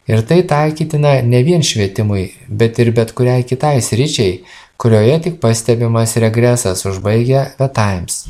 ir tai taikytina ne vien švietimui bet ir bet kuriai kitai sričiai kurioje tik pastebimas regresas užbaigia ve taims